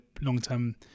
long-term